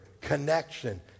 connection